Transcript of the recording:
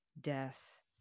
death